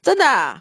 真的 ah